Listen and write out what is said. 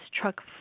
truck